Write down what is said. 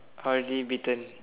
already bitten